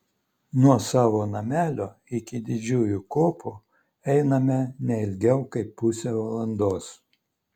nuo savo namelio iki didžiųjų kopų einame ne ilgiau kaip pusę valandos